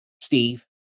Steve